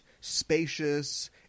spacious